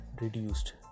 reduced